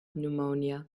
pneumonia